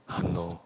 !hannor!